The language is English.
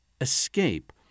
escape